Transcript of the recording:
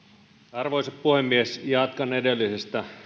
arvoisa puhemies jatkan edellistä